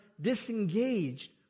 disengaged